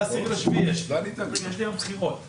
הוועדה כדי להבהיר את העמדה שלה,